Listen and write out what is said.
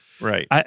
Right